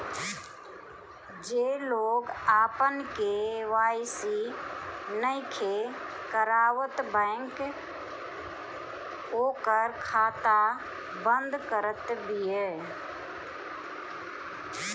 जे लोग आपन के.वाई.सी नइखे करावत बैंक ओकर खाता बंद करत बिया